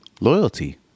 loyalty